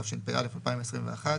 התשפ"א-2021,